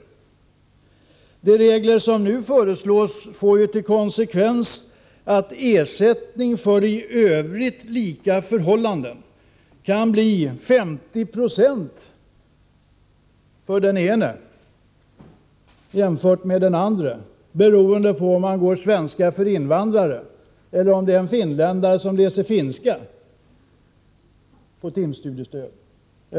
Konsekvensen av de regler som nu föreslås kan bli att en person, trots att förhållandena i övrigt är likartade, kan få 50 90 av vad som utgår till en annan, beroende på vilket ämne han läser. Så stor kan skillnaden bli för en person som läser svenska för invandrare jämfört med t.ex. en finländare som läser finska,